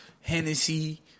Hennessy